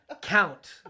Count